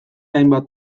hainbat